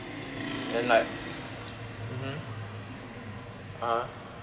then like (uh huh) ah